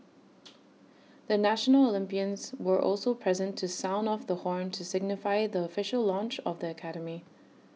the national Olympians were also present to sound off the horn to signify the official launch of the academy